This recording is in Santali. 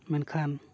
ᱢᱮᱱᱠᱷᱟᱱ